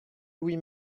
louis